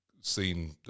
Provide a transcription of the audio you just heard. seen